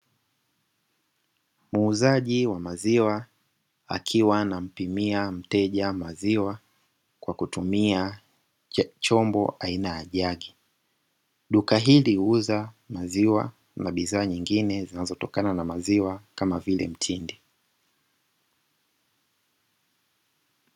Muuzaji wa maziwa akiwa anampimia mteja maziwa kwa kutumia chombo aina ya jagi. Duka hili huuza maziwa na bidhaa nyingine zinazotokana na maziwa kama vile mtindi.